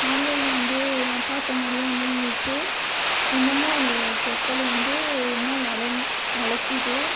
ஆன்லைனில் வந்து நான் பார்த்த மாதிரியே வந்துருச்சு இன்னமும் அது செப்பலு வந்து இன்னும் ஒள ஒழைக்கிது